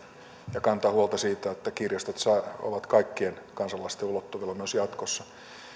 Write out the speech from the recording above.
ja kantaa huolta siitä että kirjastot ovat kaikkien kansalaisten ulottuvilla myös jatkossa